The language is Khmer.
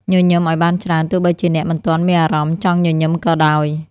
ញញឹមឱ្យបានច្រើន ទោះបីជាអ្នកមិនទាន់មានអារម្មណ៍ចង់ញញឹមក៏ដោយ។